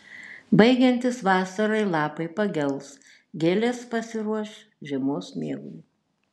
baigiantis vasarai lapai pagels gėlės pasiruoš žiemos miegui